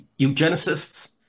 eugenicists